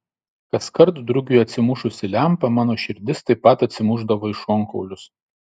kaskart drugiui atsimušus į lempą mano širdis taip pat atsimušdavo į šonkaulius